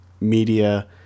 media